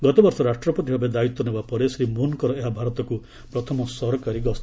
ଗତବର୍ଷ ରାଷ୍ଟ୍ରପତି ଭାବେ ଦାୟିତ୍ୱ ନେବାପରେ ଶ୍ରୀ ମୁନ୍ଙ୍କର ଏହା ଭାରତକୁ ପ୍ରଥମ ସରକାରୀ ଗସ୍ତ